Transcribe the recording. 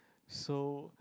so